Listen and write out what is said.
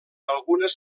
algunes